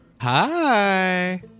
Hi